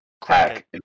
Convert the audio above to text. Crack